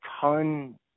ton